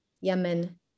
Yemen